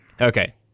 Okay